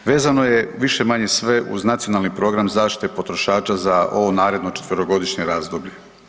Vezano je više-manje sve uz nacionalni program zaštite potrošača za ovo naredno četverogodišnje razdoblje.